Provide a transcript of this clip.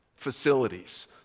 facilities